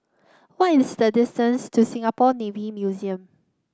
why is the distance to Singapore Navy Museum